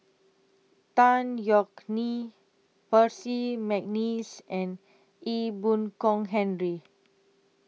Tan Yeok Nee Percy Mcneice and Ee Boon Kong Henry